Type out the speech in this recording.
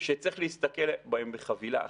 שצריך להסתכל בהם בחבילה אחת.